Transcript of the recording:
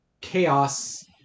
chaos